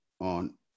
on